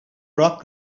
rock